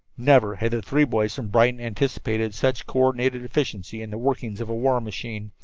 never had the three boys from brighton anticipated such co-ordinated efficiency in the workings of a war machine.